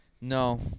No